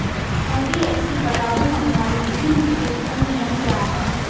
NBFC पर लागू होने वाले विभिन्न विवेकपूर्ण नियम क्या हैं?